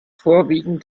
vorwiegend